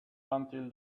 until